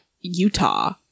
Utah